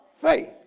Faith